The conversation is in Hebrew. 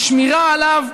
בשמירה עליו.